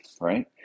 right